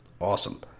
awesome